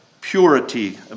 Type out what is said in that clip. purity